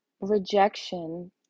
rejection